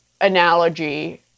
analogy